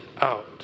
out